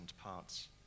parts